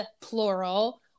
plural